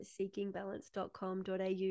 seekingbalance.com.au